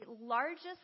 largest